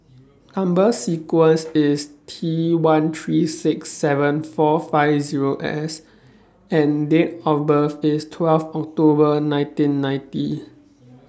Number sequence IS T one three six seven four five Zero S and Date of birth IS twelfth October nineteen ninety